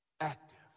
active